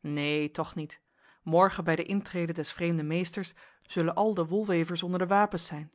neen toch niet morgen bij de intrede des vreemden meesters zullen al de wolwevers onder de wapens zijn